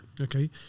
okay